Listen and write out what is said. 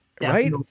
Right